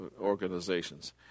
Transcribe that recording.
organizations